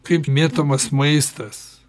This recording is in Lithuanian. kaip mėtomas maistas